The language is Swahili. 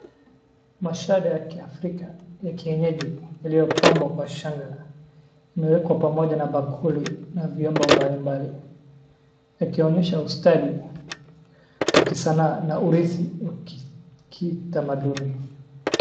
Mashada ya kiafrika ya kienyeji yaliyopambwa kwa shanga, yamewekwa pamoja na bakuli na vyombo mbalimbali, yakionyesha ustadi wa kisanaa na urithi wa kitamanduni.